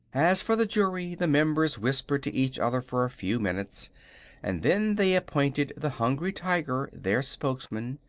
as for the jury, the members whispered to each other for a few minutes and then they appointed the hungry tiger their spokesman.